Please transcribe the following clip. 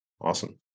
Awesome